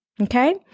Okay